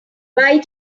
why